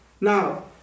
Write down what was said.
Now